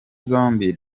zombi